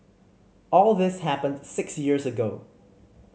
all this happened six years ago